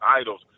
idols